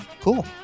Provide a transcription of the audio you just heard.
Cool